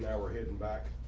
our head and back